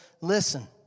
listen